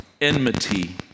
enmity